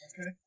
Okay